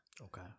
Okay